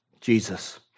Jesus